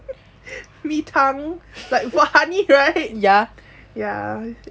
like funny right